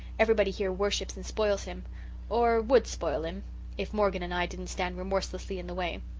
everybody here worships and spoils him or would spoil him if morgan and i didn't stand remorselessly in the way.